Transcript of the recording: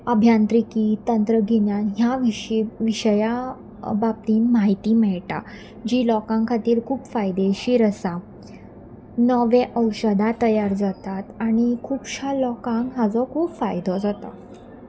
अभ्यांत्रिकी तंत्रगिन्यान ह्या विशीय विशया बाबतींत म्हायती मेळटा जी लोकां खातीर खूब फायदेशीर आसा नवें औशधां तयार जातात आनी खुबश्या लोकांक हाजो खूब फायदो जाता